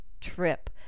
trip